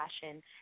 Fashion